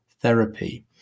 therapy